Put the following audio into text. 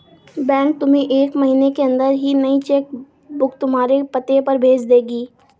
bank तुम्हें एक महीने के अंदर ही नई चेक बुक तुम्हारे पते पर भेज देगी